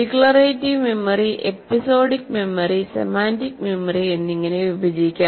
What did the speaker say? declarative memory episodic memory semantic memory എന്നിങ്ങനെ വിഭജിക്കാം